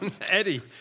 Eddie